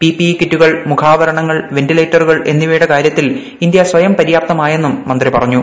P P E കിറ്റുകൾ മുഖാവരണങ്ങൾ വ്കെന്റില്ലേറ്ററുകൾ എന്നിവയുടെ കാര്യത്തിൽ ഇന്ത്യ സ്വയം പര്യാപ്ത്മൃായെന്നും മന്ത്രി പറഞ്ഞു